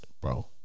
Bro